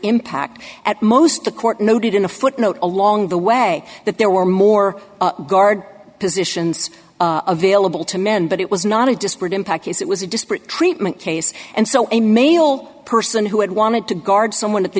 impact at most the court noted in a footnote along the way that there were more guard positions available to men but it was not a disparate impact case it was a disparate treatment case and so a male person who had wanted to guard someone at the